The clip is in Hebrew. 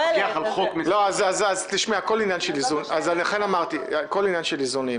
-- לכן אמרתי שהכול עניין של איזונים.